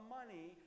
money